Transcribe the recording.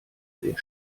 sehr